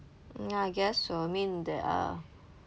ya I guess so I mean there are